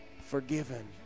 forgiven